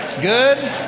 Good